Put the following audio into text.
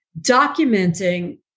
documenting